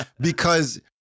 because-